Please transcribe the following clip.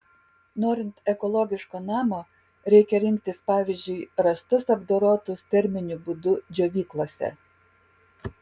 norint ekologiško namo reikia rinktis pavyzdžiui rąstus apdorotus terminiu būdu džiovyklose